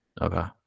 Okay